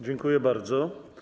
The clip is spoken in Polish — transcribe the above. Dziękuję bardzo.